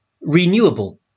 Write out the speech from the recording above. renewable